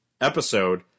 episode